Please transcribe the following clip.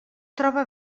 troba